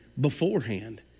beforehand